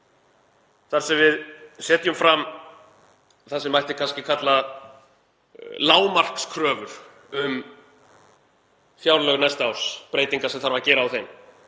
þar sem við setjum fram það sem mætti kannski kalla lágmarkskröfur um fjárlög næsta árs, breytingar sem þarf að gera á þeim,